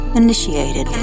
initiated